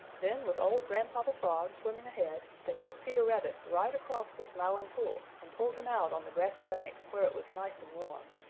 then with old grandfather frog swimming ahead they took peter rabbit right across the smiling pool and pulled him out on the grassy bank, where it was nice and warm.